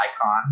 icon